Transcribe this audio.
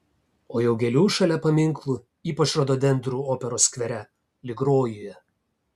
o jau gėlių šalia paminklų ypač rododendrų operos skvere lyg rojuje